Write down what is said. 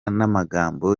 n’amagambo